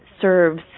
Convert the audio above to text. serves